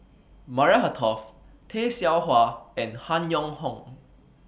Maria Hertogh Tay Seow Huah and Han Yong Hong